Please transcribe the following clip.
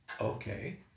okay